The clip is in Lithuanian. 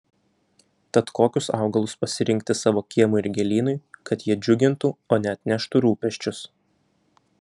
tad kokius augalus pasirinkti savo kiemui ir gėlynui kad jie džiugintų o ne atneštų rūpesčius